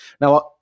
now